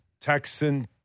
Texan